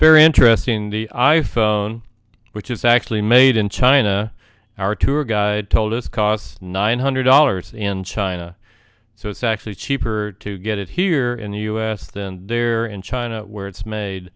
very interesting the i phone which is actually made in china our tour guide told us cost nine hundred dollars in china so it's actually cheaper to get it here in the u s than they are in china where it's made